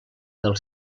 del